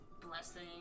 blessing